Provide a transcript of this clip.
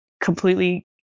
completely